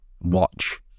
watch